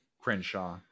Crenshaw